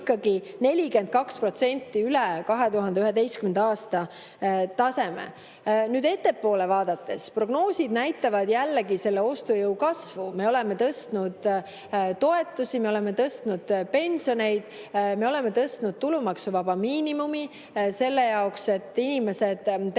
42% üle 2011. aasta taseme. Nüüd, ettepoole vaadates prognoosid näitavad jällegi ostujõu kasvu. Me oleme tõstnud toetusi, me oleme tõstnud pensione. Me oleme tõstnud tulumaksuvaba miinimumi selle jaoks, et inimesed tuleksid